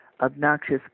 obnoxious